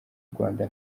rwanda